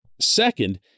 Second